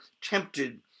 tempted